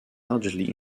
largely